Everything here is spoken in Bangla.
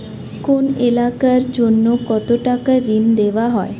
কোন এলাকার জন্য কত টাকা ঋণ দেয়া হয়?